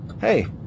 Hey